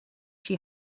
she